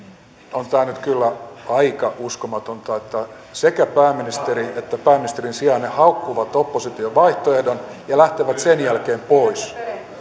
on tämä nyt kyllä aika uskomatonta että sekä pääministeri että pääministerin sijainen haukkuvat opposition vaihtoehdon ja lähtevät sen jälkeen pois